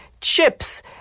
Chips